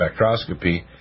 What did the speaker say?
spectroscopy